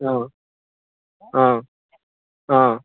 অঁ অঁ অঁ